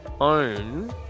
own